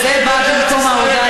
של מדינה דו-לאומית ערבית.